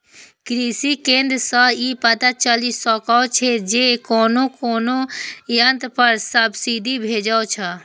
कृषि केंद्र सं ई पता चलि सकै छै जे कोन कोन यंत्र पर सब्सिडी भेटै छै